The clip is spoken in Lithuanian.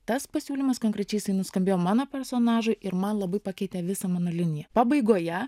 tas pasiūlymas konkrečiai jisai nuskambėjo mano personažui man labai pakeitė visą mano liniją pabaigoje